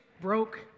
broke